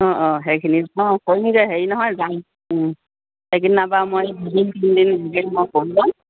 অঁ অঁ সেইখিনি অঁ কৰিমগে হেৰি নহয় যাম সেইকিদিনাপা মই দুদিন তিনিদিনে মই কৰি যাম